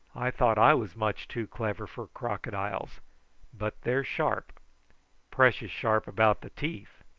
i thought i was much too clever for crocodiles but they're sharp precious sharp about the teeth.